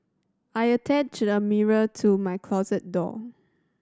I attached a mirror to my closet door